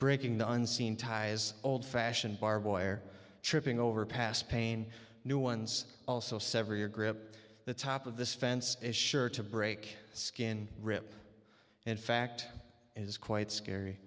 breaking the unseen ties old fashioned barbed wire tripping over past pain new ones also sever your grip the top of this fence is sure to break skin rip in fact is quite scary